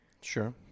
Sure